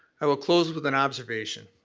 i will close with an observation.